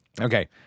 Okay